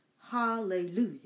hallelujah